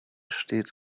steht